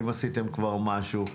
האם עשיתם כבר משהו?